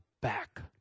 back